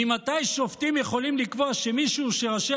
ממתי שופטים יכולים לקבוע שמישהו שראשי